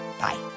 Bye